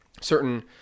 Certain